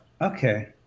okay